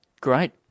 Great